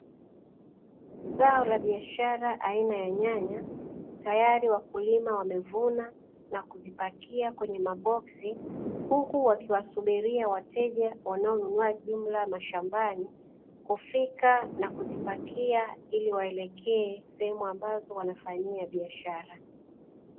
Zao la biashara aina ya nyanya, tayari wakulima wamevuna na kuzipakia kwenye maboksi, huku wakiwasubiria wateja wanaonunua jumla mashambani, kufika na kuzipakia ili waelekee sehemu ambazo wanafanyia biashara.